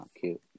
cute